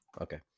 Okay